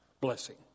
blessing